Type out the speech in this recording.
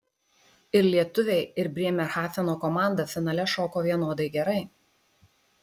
ir lietuviai ir brėmerhafeno komanda finale šoko vienodai gerai